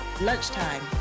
lunchtime